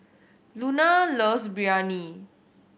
Luna loves Biryani